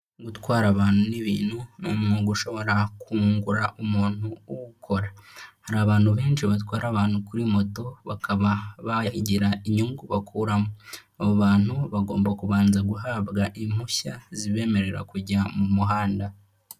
Gutwara abantu n'ibintu ni umwuga ushobora kungura umuntu uwukora. Hari abantu benshi batwara abantu kuri moto, bakaba bagira inyungu bakuramo. Abo bantu bagomba kubanza guhabwa impushya zibemerera kujya mu muhanda.